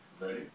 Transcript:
ready